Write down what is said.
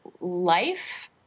life